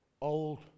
Old